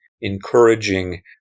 encouraging